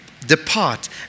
depart